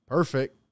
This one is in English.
Perfect